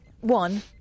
one